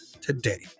today